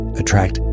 attract